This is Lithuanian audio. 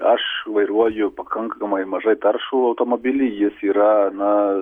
aš vairuoju pakankamai mažai taršų automobilį jis yra na